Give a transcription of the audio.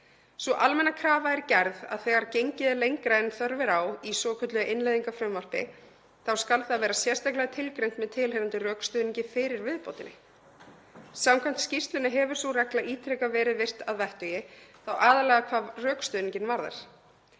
Sú almenna krafa er gerð að þegar gengið er lengra en þörf er á í svokölluðu innleiðingarfrumvarpi skal það vera sérstaklega tilgreint með tilheyrandi rökstuðningi fyrir viðbótinni. Samkvæmt skýrslunni hefur sú regla ítrekað verið virt að vettugi, þá aðallega hvað rökstuðninginn varðar.